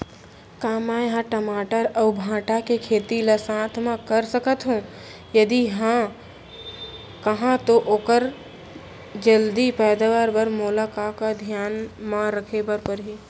का मै ह टमाटर अऊ भांटा के खेती ला साथ मा कर सकथो, यदि कहाँ तो ओखर जलदी पैदावार बर मोला का का धियान मा रखे बर परही?